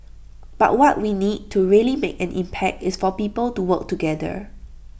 but what we need to really make an impact is for people to work together